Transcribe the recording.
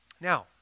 Now